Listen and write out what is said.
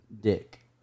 dick